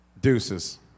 Deuces